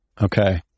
Okay